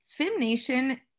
FemNation